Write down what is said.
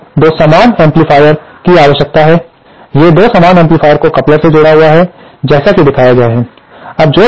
आपको 2 समान एम्पलीफायर की आवश्यकता है ये 2 समान एम्पलीफायर को कपलर से जुड़ा हुआ है जैसा कि दिखाया गया है